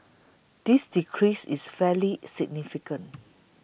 this decrease is fairly significant